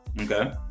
okay